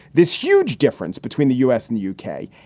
this huge difference between the u s. and u k,